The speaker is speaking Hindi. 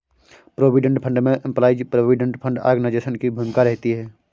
प्रोविडेंट फंड में एम्पलाइज प्रोविडेंट फंड ऑर्गेनाइजेशन की भूमिका रहती है